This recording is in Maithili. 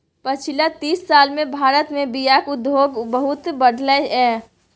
पछिला तीस साल मे भारत मे बीयाक उद्योग बहुत बढ़लै यै